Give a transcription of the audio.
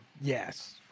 yes